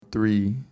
three